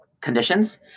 conditions